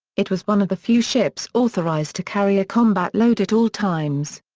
it was one of the few ships authorized to carry a combat load at all times.